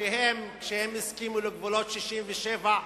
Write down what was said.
וכשהם הסכימו לגבולות 67'